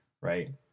right